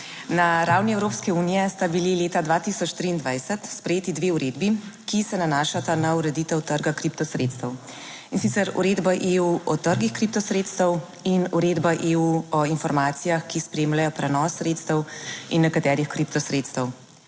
Na ravni Evropske unije sta bili leta 2023 sprejeti dve uredbi, ki se nanašata na ureditev trga kripto sredstev in sicer Uredba EU o trgih kripto sredstev in Uredba EU o informacijah, ki spremljajo prenos sredstev in nekaterih kripto sredstev.